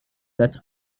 that